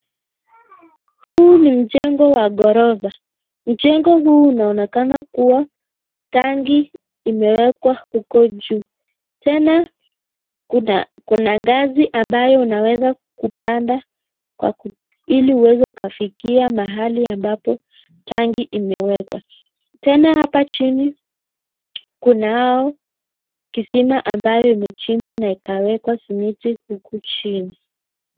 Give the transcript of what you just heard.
Huu ni mjengo wa gorofa. Mchengo huu unaonekana kuwa tangi imewekwa huko juu. Tena kuna ngazi ambayo unaweza kupanda kwa ili uweze ukafikia mahali ambapo tangi imewekwa. Tena hapa jini kunao kisima ambayo imechimbwa na ikawekwa simiti huku jini.